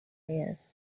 years